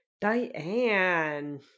Diane